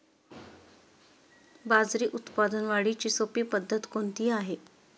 बाजरी उत्पादन वाढीची सोपी पद्धत कोणती आहे?